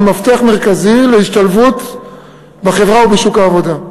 מפתח מרכזי להשתלבות בחברה ובשוק העבודה.